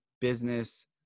business